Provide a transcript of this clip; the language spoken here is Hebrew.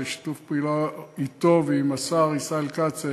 ששיתוף הפעולה אתו ועם השר ישראל כץ הוא